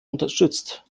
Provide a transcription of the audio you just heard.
unterstützt